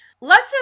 Lesson